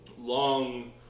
long